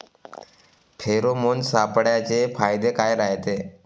Pheromone सापळ्याचे फायदे काय रायते?